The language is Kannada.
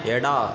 ಎಡ